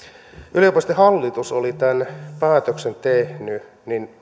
yliopiston hallitus oli tämän päätöksen tehnyt niin